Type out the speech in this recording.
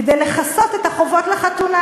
כדי לכסות את החובות לחתונה.